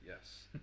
Yes